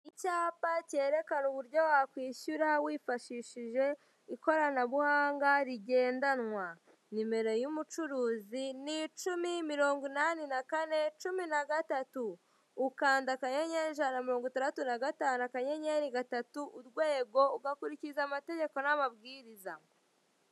Icyapa kerekana uburyo wakwishyura wifashishije ikoranabuhanga rigendanwa. Nimero y'umucuruzi ni icumi mirongo inani na kane cumi na gatatu, ukanda akanyenyeri ijana na mirongo itandatu na gatanu akanyenyeri gatatu urwego, ugakurikiza amategeko n'amabwiriza.